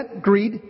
Greed